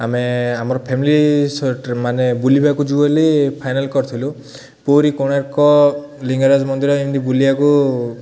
ଆମେ ଆମର ଫ୍ୟାମିଲି ମାନେ ବୁଲିବାକୁ ଯିବୁ ବୋଲି ଫାଇନାଲ୍ କରିଥିଲୁ ପୁରୀ କୋଣାର୍କ ଲିଙ୍ଗରାଜ ମନ୍ଦିର ଏମିତି ବୁଲିବାକୁ